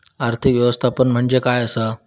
आर्थिक व्यवस्थापन म्हणजे काय असा?